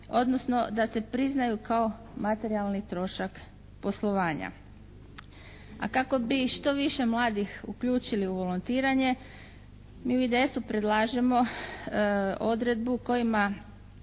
odnosno da se priznaju kao materijalni trošak poslovanja. A kako bi što više mladih uključili u volontiranje mi u IDS-u predlažemo odredbu kojom